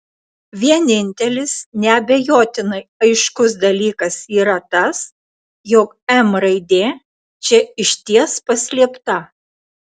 vienintelis neabejotinai aiškus dalykas yra tas jog m raidė čia išties paslėpta